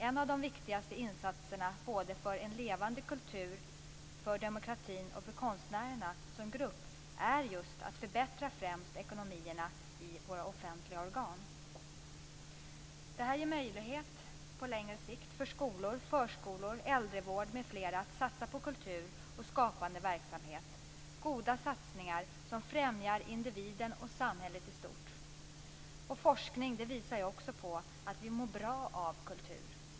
En av de viktigaste insatserna både för en levande kultur, för demokratin och för konstnärerna som grupp är just att förbättra ekonomierna i de offentliga organen. Detta ger på längre sikt möjligheter för skolor, förskolor, äldrevård m.fl. att satsa på kultur och skapande verksamhet. Det är goda satsningar som främjar individen och samhället i stort. Forskningen visar att vi mår bra av kultur.